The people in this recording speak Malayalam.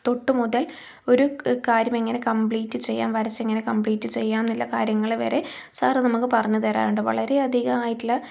തൊട്ടുമുതൽ ഒരു കാര്യം എങ്ങനെ കമ്പ്ലീറ്റ് ചെയ്യാം വരച്ച് എങ്ങനെ കമ്പ്ലീറ്റ് ചെയ്യാം എന്നുള്ള കാര്യങ്ങൾ വരെ സാറ് നമുക്ക് പറഞ്ഞു തരാറുണ്ട് വളരെയധികം ആയിട്ടുള്ള